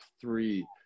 three